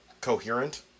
coherent